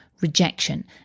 rejection